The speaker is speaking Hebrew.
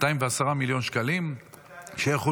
-- 210 מיליון שקלים יחולקו.